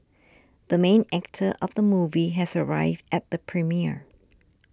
the main actor of the movie has arrived at the premiere